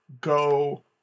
go